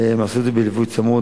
הם עשו את זה בליווי צמוד,